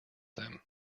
them